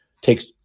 takes